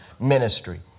ministry